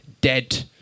dead